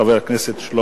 מאת חברי הכנסת אנסטסיה